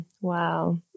wow